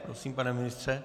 Prosím, pane ministře.